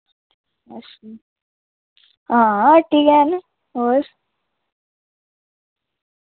अच्छा हां हट्टी गै न और